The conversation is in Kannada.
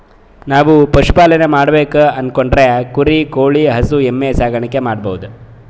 ನಾವ್ ಪಶುಪಾಲನೆ ಮಾಡ್ಬೇಕು ಅನ್ಕೊಂಡ್ರ ಕುರಿ ಕೋಳಿ ಹಸು ಎಮ್ಮಿ ಸಾಕಾಣಿಕೆ ಮಾಡಬಹುದ್